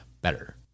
better